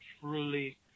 truly